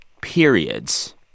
periods